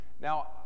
Now